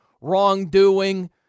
wrongdoing